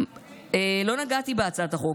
לא נגעתי בהצעת החוק.